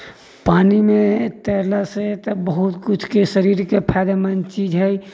पानि मे तैरला से तऽ बहुत किछु के शरीर के फाइदेमन्द चीज है